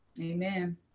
amen